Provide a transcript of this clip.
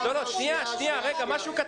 שנייה, שנייה.